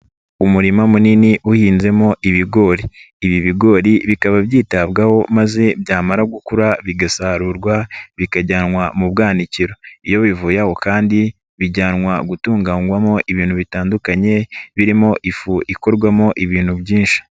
Umurima munini uhinzemo ibigori, ibi bigori bikaba byitabwaho maze byamara gukura bigasarurwa, bikajyanwa mu bwanikiro, iyo bivuye aho kandi bijyanwa gutunganywamo ibintu bitandukanye, birimo ifu ikorwamo ibintu byinshi.